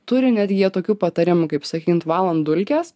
turi net jie tokių patarimų kaip sakykint valant dulkes